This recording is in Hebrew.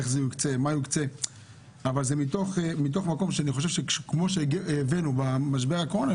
איך זה יוקצה אבל זה מתוך מקום שאני חושב שכמו שהבאנו במשבר הקורונה,